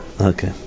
Okay